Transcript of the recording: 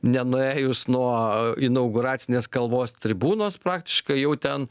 nenuėjus nuo inauguracinės kalbos tribūnos praktiškai jau ten